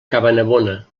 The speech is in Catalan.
cabanabona